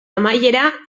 amaiera